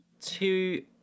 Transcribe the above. two